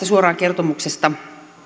suoraan kertomuksesta